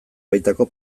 baitako